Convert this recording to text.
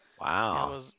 Wow